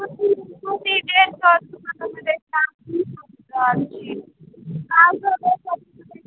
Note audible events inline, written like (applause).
कोनो चीज देखके (unintelligible)